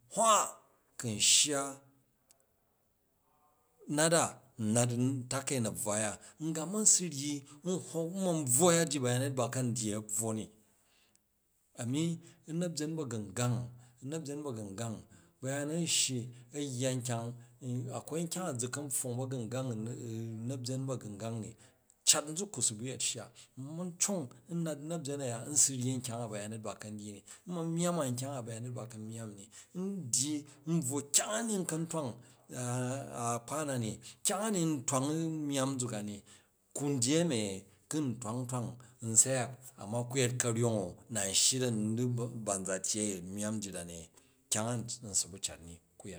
N hywa ku n shya nat a nat ntukai na̱buwa a̱ ya n ga ma̱n su ryyi n hwok n man bvwo yya ji ba̱yanyet ba ka̱n n dyyi a̱ bvwo ni, a̱mi u na̱b yen ba̱gungang, ba̱yaan a̱n shyi a yya nkyang akwai nkyang a zuka̱n pfwong ba̱gungang u na̱byen ba̱gungang i, cat nzuk su bu̱ yet shya u̱ mang cong u̱ nat u na̱byen a̱ya n su ryyi nkyang a ba̱yanyet ba̱ ka̱n dyyi n man myamm nkyang a ba̱yanyet ba ka̱n myamm i n dyyi nbvwo kyang ani nka̱n twong a kpa̱ na ni, kyang a ni n twang u̱ myamm nzuk a ni kum dyyi a̱mi, kun twang u̱ twang n syak ama kun yet karyong o, nan shyi da ni di ban za tyyei u nyamm njit da ni kyang a nsubu cat ni ukuyemi.